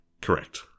Correct